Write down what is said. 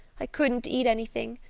i couldn't eat anything.